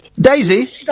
daisy